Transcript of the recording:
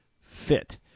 fit